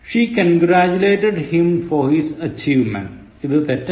She congratulated him for his achievement ഇത് തെറ്റാണ്